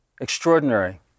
extraordinary